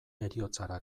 heriotzara